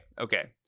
okay